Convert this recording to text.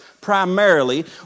primarily